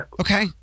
Okay